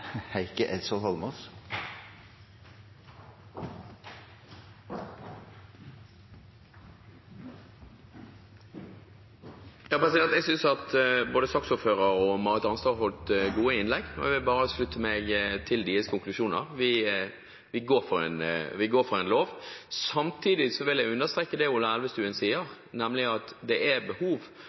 Jeg synes at både saksordføreren og Marit Arnstad holdt gode innlegg, og jeg vil bare slutte meg til deres konklusjoner. Vi går for en lov. Samtidig vil jeg understreke det Ola Elvestuen sier, nemlig at det er behov